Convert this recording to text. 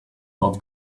not